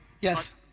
Yes